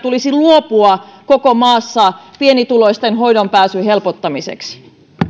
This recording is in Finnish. luopua koko maassa pienituloisten hoitoonpääsyn helpottamiseksi